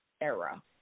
era